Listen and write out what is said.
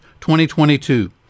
2022